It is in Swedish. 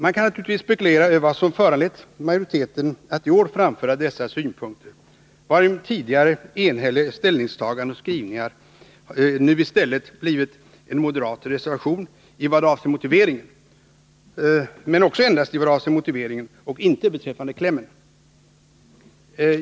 Man kan naturligtvis spekulera över vad som föranlett majoriteten att i år framföra dessa synpunkter, varigenom tidigare enhälliga ställningstaganden och skrivningar nu i stället blivit en moderat reservation, en reservation som endast avser motiveringen och inte klämmen.